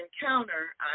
encounter